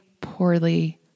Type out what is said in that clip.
poorly